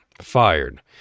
fired